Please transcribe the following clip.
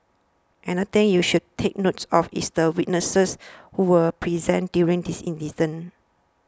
another thing you should take notes of is the witnesses who were present during the incident